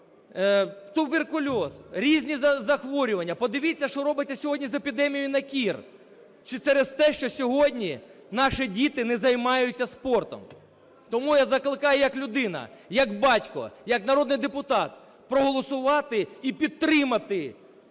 Туберкульоз, різні захворювання. Подивіться, що робиться сьогодні з епідемією на кір! Це через те, що сьогодні наші діти не займаються спортом. Тому я закликаю як людина, як батько, як народний депутат проголосувати і підтримати